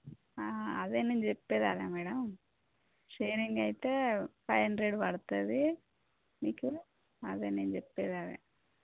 అదే నేను చెప్పేది అదే మేడం షేరింగ్ అయితే ఫైవ్ హండ్రెడ్ పడుతుంది మీకు అదే నేను చెప్పేదదే